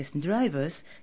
drivers